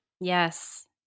Yes